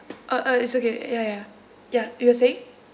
uh uh it's okay ya ya ya you were saying